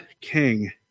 king